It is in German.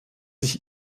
ich